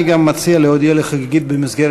אני גם מציע להודיע לי חגיגית במסגרת